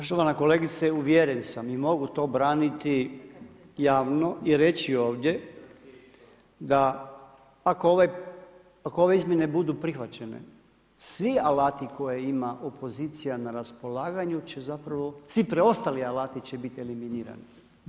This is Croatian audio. Poštovana kolegice uvjeren sam i mogu to braniti javno i reći ovdje da ako ove izmjene budu prihvaćene svi alati koje ima opozicija na raspolaganju će zapravo, svi preostali alati će biti eliminirani.